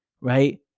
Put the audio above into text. right